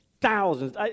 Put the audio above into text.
thousands